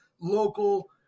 local